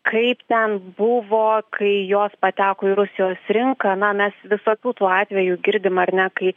kaip ten buvo kai jos pateko į rusijos rinką na mes visokių tų atvejų girdim ar ne kai